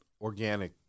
organic